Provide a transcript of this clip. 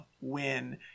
win